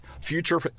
future